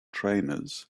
trainers